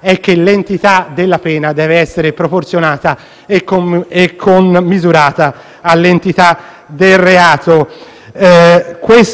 è che l'entità della pena deve essere proporzionata e commisurata all'entità del reato. Si tratta non